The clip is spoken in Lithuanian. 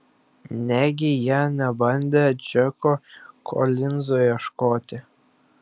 negi jie nebandė džeko kolinzo ieškoti